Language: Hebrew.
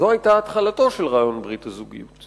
זו היתה התחלתו של רעיון ברית הזוגיות.